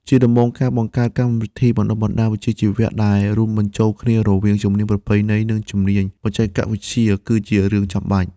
ជាដំបូង ការបង្កើតកម្មវិធីបណ្តុះបណ្តាលវិជ្ជាជីវៈដែលរួមបញ្ចូលគ្នារវាងជំនាញប្រពៃណី និងជំនាញបច្ចេកវិទ្យាគឺជារឿងចាំបាច់។